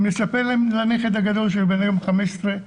אני מספר לנכד הגדול שהיום הוא בן 15,